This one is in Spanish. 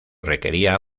requería